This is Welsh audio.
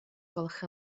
gwelwch